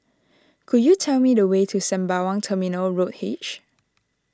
could you tell me the way to Sembawang Terminal Road H